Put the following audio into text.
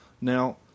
Now